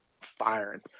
firing